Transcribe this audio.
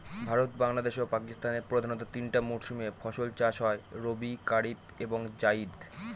ভারতে বাংলাদেশে ও পাকিস্তানে প্রধানত তিনটা মরসুমে ফাসল চাষ হয় রবি কারিফ এবং জাইদ